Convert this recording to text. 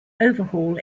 overhaul